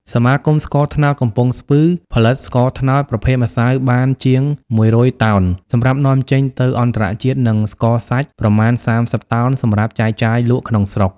សមាគមស្ករត្នោតកំពង់ស្ពឺ ផលិតស្ករត្នោតប្រភេទម្យៅបានជាង១០០តោន សម្រាប់នាំចេញទៅអន្តរជាតិ និងស្ករសាច់ប្រមាណ៣០តោន សម្រាប់ចែកចាយលក់ក្នុងស្រុក។